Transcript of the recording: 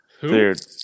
Dude